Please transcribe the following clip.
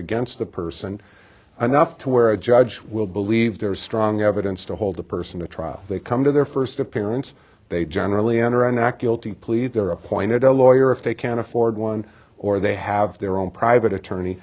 against the person anough to where a judge will believe there is strong evidence to hold the person to trial they come to their first appearance they generally enter a not guilty plea they are appointed a lawyer if they can afford one or they have their own private attorney